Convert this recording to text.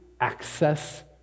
access